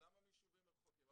למה מיישובים מרוחקים?